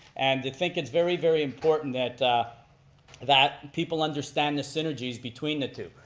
and to think it's very, very important that that people understand the synergies between the two.